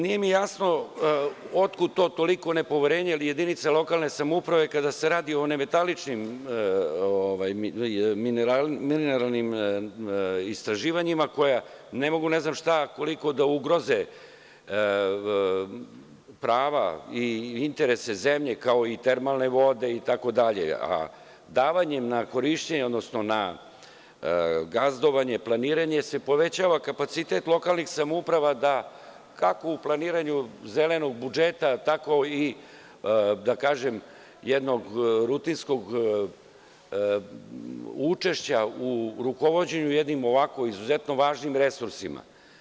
Nije mi jasno otkud toliko nepoverenje, jer jedinice lokalne samouprave, kada se radi o nemetaličnim mineralnim istraživanjima, koja ne mogu ne znam šta, koliko da ugroze prava i interese zemlje, kao i termalne vode itd, a davanjem na korišćenje, odnosno na gazdovanje, planiranje se povećava, kapacitet lokalnih samouprava kako u planiranju zelenog budžeta, tako i, da kažem, jednog rutinskog učešća u rukovođenju jednim ovako izuzetno važnim resursima.